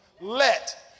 Let